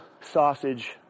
sausage